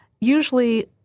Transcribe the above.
Usually